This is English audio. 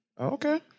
Okay